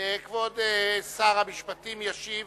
כבוד שר המשפטים ישיב